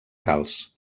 calç